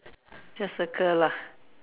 just circle lah